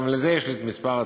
וגם לזה יש לי את מספר התיק.